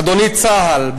אדוני צה"ל,